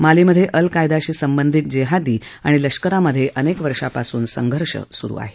मालीमधे अल कायदाशी संबधीत जिहादीं आणि लष्कारामधे अनेक वर्षापासून संघर्ष सुरू आहे